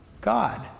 God